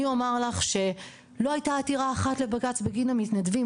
אומר לך שלא הייתה עתירה אחת לבג"צ בגין המתנדבים,